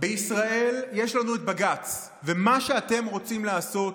בישראל יש לנו בג"ץ ומה שאתם רוצים לעשות,